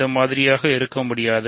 இந்த மாதிரியாக இருக்க முடியாது